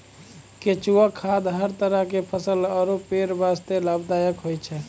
केंचुआ खाद हर तरह के फसल आरो पेड़ वास्तॅ लाभदायक होय छै